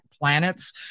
planets